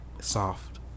Soft